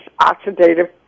oxidative